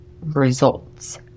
results